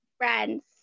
friends